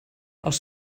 els